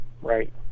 right